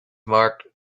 marked